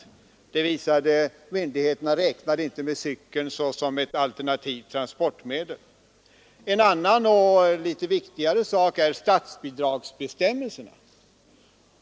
Detta visar att myndigheterna inte räknade med cykeln som ett alternativt transportmedel. En annan och litet viktigare sak är statsbidragsbestämmelserna.